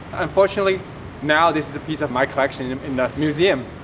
unfortunately now this is a piece of my collection in the museum.